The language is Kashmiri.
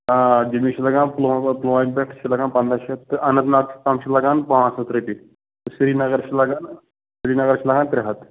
آ جیٚمِس چھِ لگان پُلوام پُلوامہِ پٮ۪ٹھٕ چھِ لگان پنٛداہ شَتھ تہٕ اننت ناگ تام چھِ لگان پانٛژھ ہَتھ رۄپیہِ سرینگر چھِ لگان سرینگر چھُ لگان ترٛےٚ ہَتھ